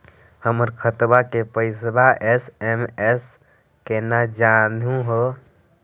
हमर खतवा के पैसवा एस.एम.एस स केना जानहु हो?